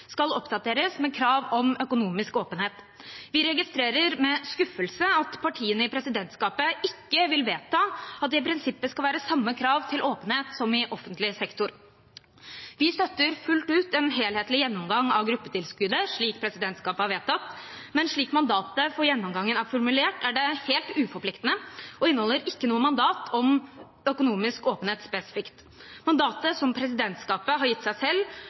skal oppdateres med krav om økonomisk åpenhet. Vi registrerer med skuffelse at partiene i presidentskapet ikke vil vedta at det i prinsippet skal være samme krav til åpenhet som i offentlig sektor. Vi støtter fullt ut en helhetlig gjennomgang av gruppetilskuddet, slik presidentskapet har vedtatt, men slik mandatet for gjennomgangen er formulert, er det helt uforpliktende og inneholder ikke noe om økonomisk åpenhet spesifikt. Mandatet som presidentskapet har gitt seg selv,